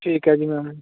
ਠੀਕ ਹੈ ਜੀ ਮੈਮ